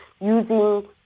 using